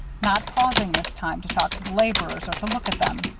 not pausing this time to talk to the laborers or to look at them.